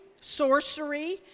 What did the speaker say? sorcery